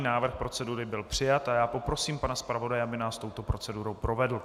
Návrh procedury byl přijat a já poprosím pana zpravodaje, aby nás touto procedurou provedl.